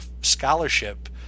scholarship